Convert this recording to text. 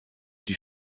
die